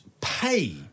pay